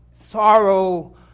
sorrow